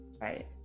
right